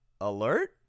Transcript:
alert